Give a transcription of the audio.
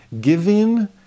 giving